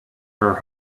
her